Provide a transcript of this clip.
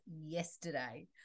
yesterday